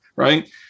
Right